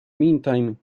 meantime